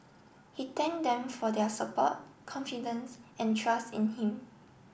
he thanked them for their support confidence and trust in him